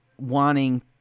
wanting